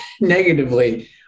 negatively